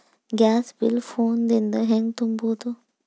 Gas bill phone ದಿಂದ ಹ್ಯಾಂಗ ತುಂಬುವುದು?